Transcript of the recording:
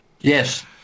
Yes